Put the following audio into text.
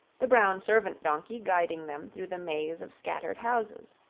the brown servant-donkey guiding them through the maze of scattered houses.